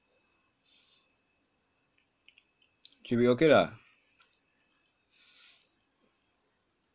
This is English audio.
should be okay lah